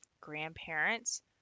grandparents